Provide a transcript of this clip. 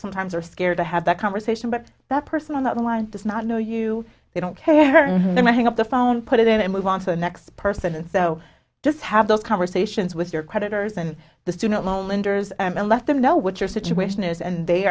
sometimes are scared to have that conversation but that person on the line does not know you they don't have them i hang up the phone put it in and move on to the next person and so just have those conversations with your creditors and the student loan lenders and let them know what your situation is and they